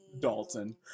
Dalton